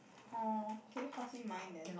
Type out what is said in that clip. orh can you pass me mine then